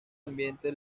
ambiente